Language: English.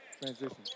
transition